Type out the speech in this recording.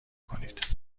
کنید